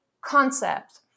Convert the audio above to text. concept